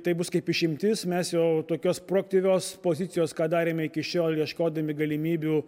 tai bus kaip išimtis mes jau tokios proaktyvios pozicijos ką darėme iki šiol ieškodami galimybių